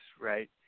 right